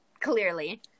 Clearly